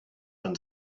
and